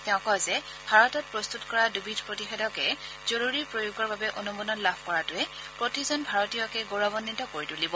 তেওঁ কয় যে ভাৰতত প্ৰস্তত কৰা দুবিধ প্ৰতিষেধকে জৰুৰী প্ৰয়োগৰ বাবে অনুমোদন লাভ কৰাটোৱে প্ৰতিজন ভাৰতীয়কে গৌৰাৱান্বিত কৰি তুলিব